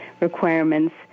requirements